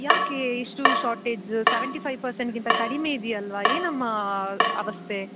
ಯಾಕೆ ಇಷ್ಟು shortage seventy five ಪರ್ಸೆಂಟ್ಗಿಂತ ಕಡಿಮೆ ಇದೆಯಲ್ವ ಏನಮ್ಮಾ ಅವಸ್ಥೆ